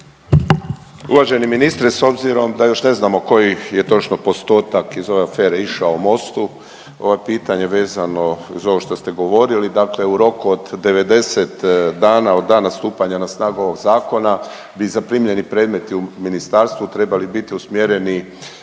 Uvaženi ministre s obzirom da još ne znamo kojih je točno postotak iz ove afere išao Mostu, ovaj pitanje vezano uz ovo što ste govorili. Dakle u roku od 90 dana od dana stupanja na snagu ovog zakona, bi zaprimljeni predmeti u ministarstvu trebali biti usmjereni